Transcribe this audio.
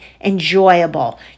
enjoyable